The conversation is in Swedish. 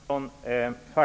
Herr talman!